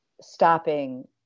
stopping